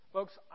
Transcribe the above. Folks